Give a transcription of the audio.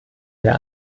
der